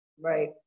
Right